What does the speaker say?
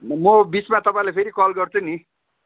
म बिचमा तपाईँलाई फेरि कल गर्छु नि